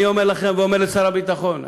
אני אומר לכם ואומר לשר הביטחון,